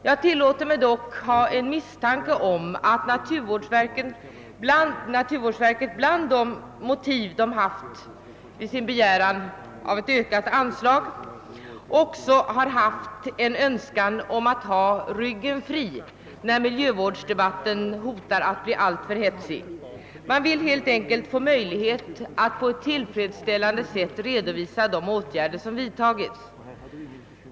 Jag tillåter mig dock hysa en misstanke att naturvårdsverket bland motiven för sin begäran om ökat anslag också har haft en önskan att hålla ryggen fri när miljövårdsdebatten hotar att bli alltför hetsig. Man vill helt enkelt få möjlighet att på ett tillfredsställande sätt redovisa de ågärder som vidtagits.